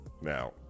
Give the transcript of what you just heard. Now